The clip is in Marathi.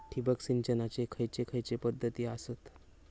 ठिबक सिंचनाचे खैयचे खैयचे पध्दती आसत?